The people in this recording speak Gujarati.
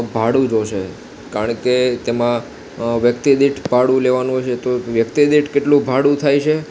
ભાડું થશે કારણ કે તેમાં વ્યક્તિદીઠ ભાડું લેવાનું હશે તો વ્યક્તિદીઠ ભાડું કેટલું થાય છે